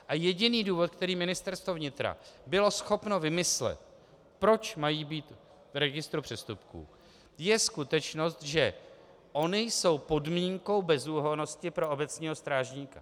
A jediný důvod, který Ministerstvo vnitra bylo schopno vymyslet, proč mají být v registru přestupků, je skutečnost, že ony jsou podmínkou bezúhonnosti pro obecního strážníka.